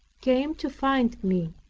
came to find me.